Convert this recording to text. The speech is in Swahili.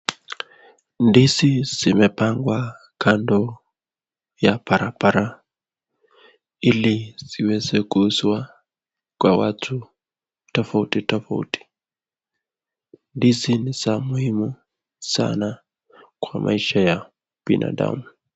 Ndizi zimepangwa kando ya barabara ili ziweze kuuzwa kwa watu tofauti tofauti, ndizi ni za muhimu sana kwa maisha ya binadamu.